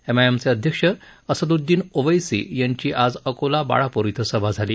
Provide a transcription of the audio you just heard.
एमआएमचे अध्यक्ष असदुद्दिन ओवेसी यांची आज अकोला बाळापूर क्रि सभा झाली